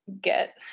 get